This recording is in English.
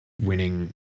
winning